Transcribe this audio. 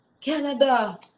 Canada